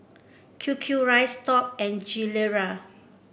Q Q rice Top and Gilera